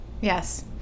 Yes